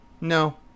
No